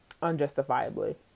unjustifiably